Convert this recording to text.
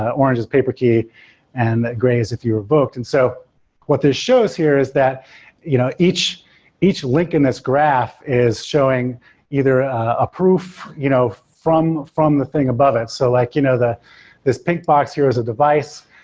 ah orange is paper key and that gray is if you were booked and so what this shows here is that you know each each link in this graph is showing either a proof you know from from the thing above it. so like you know this pink box here is a device,